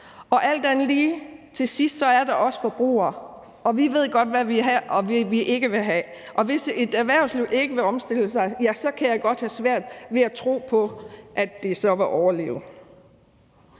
Og alt andet lige er der til sidst os forbrugere, og vi ved godt, hvad vi vil have, og hvad vi ikke vil have, og hvis et erhvervsliv ikke vil omstille sig, kan jeg godt have svært ved at tro på, at det så vil overleve.